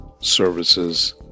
services